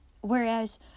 Whereas